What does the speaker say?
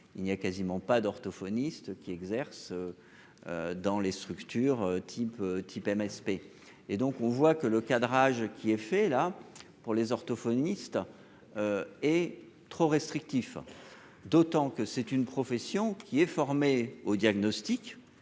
il n'y a quasiment pas d'orthophonistes qui exercent. Dans les structures type type MSP, et donc on voit que le cadrage qui est fait là pour les orthophonistes. Et trop restrictif. D'autant que c'est une profession qui est formé au diagnostic